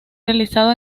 realizado